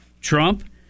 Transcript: Trump